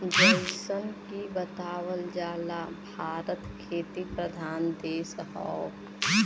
जइसन की बतावल जाला भारत खेती प्रधान देश हौ